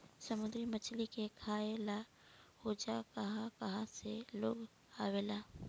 समुंद्री मछली के खाए ला ओजा कहा कहा से लोग आवेला